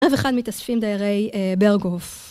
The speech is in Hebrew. ערב אחד מתאספים דיירי אה... ברקוף.